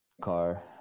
Car